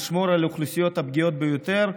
לשמור על האוכלוסיות הפגיעות ביותר,